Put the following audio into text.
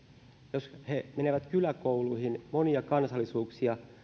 jos heitä menee kyläkouluihin monia kansallisuuksia